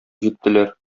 җиттеләр